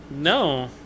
No